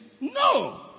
No